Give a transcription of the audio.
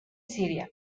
siria